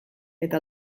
eta